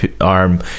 arm